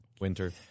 Winter